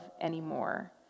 anymore